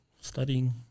studying